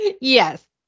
Yes